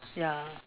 ya